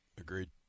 Agreed